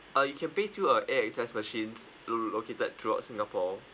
uh you can pay through a A_X_S machines lo~ located throughout singapore